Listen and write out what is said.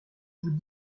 vous